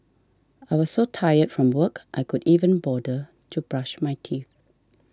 I was so tired from work I could even bother to brush my teeth